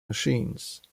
machines